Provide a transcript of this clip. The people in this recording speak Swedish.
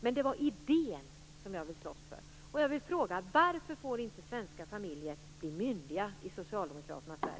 Men det är idén som jag vill slåss för.